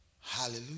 Hallelujah